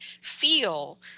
feel